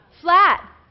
flat